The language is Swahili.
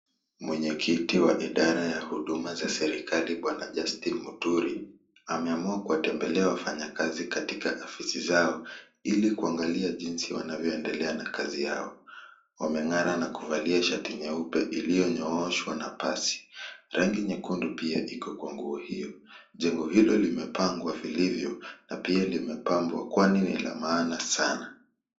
Mwenye kiti wa idara ya huduma za serikali Bwana Justine Muturi ameamua kutembelea wafanyikazi katika afisi zao ili kuangalia jinsi wanavyoendelea na kazi yao. Wameng'ara na kuvalia shati nyeupe iliyonyoshwa na pasi .Rangi nyekundu pia iko kwa nguo hiyo, jengo hilo limepangwa vilivyo na pia limepambwa kwani ni la maana sana.